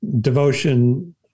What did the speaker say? devotion